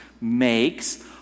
makes